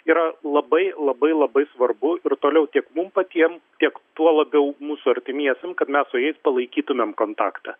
yra labai labai labai svarbu ir toliau tiek mum patiem tiek tuo labiau mūsų artimiesiem kad mes su jais palaikytumėm kontaktą